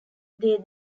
they